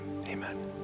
amen